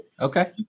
Okay